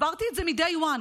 הסברתי את זה מ-day one.